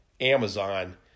Amazon